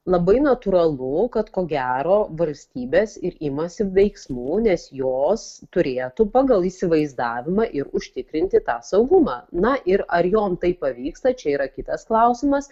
labai natūralu kad ko gero valstybės ir imasi veiksmų nes jos turėtų pagal įsivaizdavimą ir užtikrinti tą saugumą na ir ar jom tai pavyksta čia yra kitas klausimas